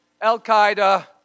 Al-Qaeda